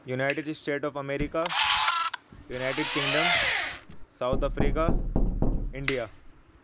united state of America United Kingdom South Africa India